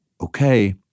okay